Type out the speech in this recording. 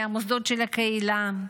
מהמוסדות של הקהילה.